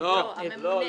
לא, הממונה.